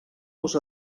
los